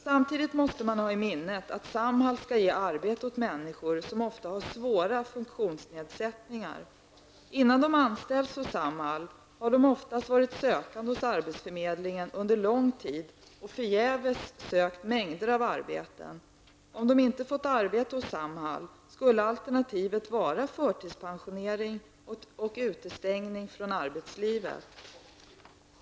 Samtidigt måste man ha i minnet att Samhall skall ge arbete åt människor, som ofta har svåra funktionsnedsättningar. Innan de anställs hos Samhall har de oftast varit sökande hos arbetsförmedlingen under lång tid och förgäves sökt mängder av arbeten. Om de inte fått arbete hos Samhall skulle alternativet vara förtidspensionering och utestängning från arbetslivet.